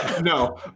No